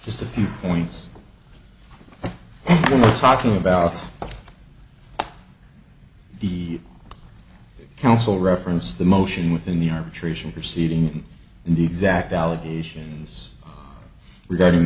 just a few points talking about the counsel referenced the motion within the arbitration proceeding in the exact allegations regarding